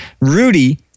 Rudy